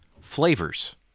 Flavors